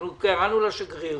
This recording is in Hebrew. אנחנו קראנו לשגריר